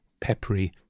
peppery